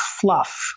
fluff